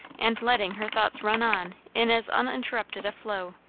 and letting her thoughts run on in as uninterrupted a flow.